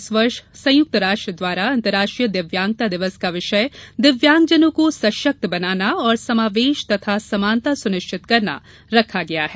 इस वर्ष संयुक्त राष्ट्र द्वारा अंतर्राष्ट्रीय दिव्यांगता दिवस का विषय दिव्यांगजनों को सशक्त बनाना और समावेश तथा समानता सुनिश्चित करना रखा गया है